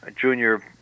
junior